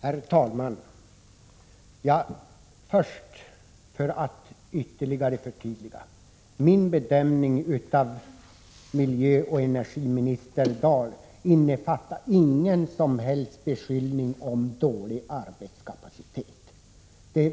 Herr talman! Först vill jag säga, för att ytterligare förtydliga, att min bedömning av miljöoch energiminister Dahls insatser inte innefattar någon som helst beskyllning för dålig arbetskapacitet.